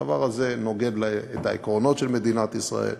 הדבר הזה נוגד את העקרונות של מדינת ישראל,